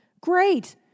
Great